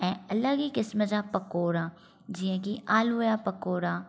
ऐं अलॻि ई क़िस्म जा पकौड़ा जीअं की आलूअ जा पकौड़ा